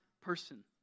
Person